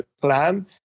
plan